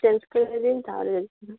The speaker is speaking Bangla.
চেঞ্জ করে দিন তাহলে